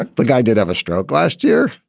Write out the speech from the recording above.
the guy did have a stroke last year,